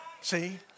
see